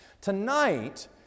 Tonight